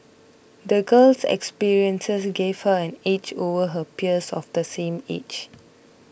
the girl's experiences gave her an edge over her peers of the same age